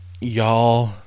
y'all